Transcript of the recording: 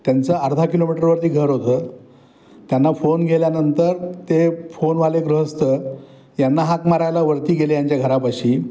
त्यांचं अर्धा किलोमीटरवरती घर होतं त्यांना फोन गेल्यानंतर ते फोनवाले गृहस्थ यांना हाक मारायला वरती गेले यांच्या घरापाशी